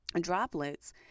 droplets